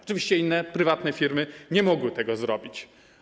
Oczywiście inne, prywatne firmy nie mogły tego zrobić.